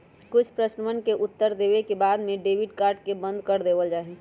कुछ प्रश्नवन के उत्तर देवे के बाद में डेबिट कार्ड के बंद कर देवल जाहई